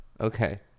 Okay